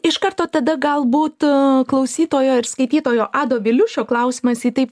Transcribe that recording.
iš karto tada galbūt klausytojo ir skaitytojo ado viliušio klausimas į taip